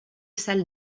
salle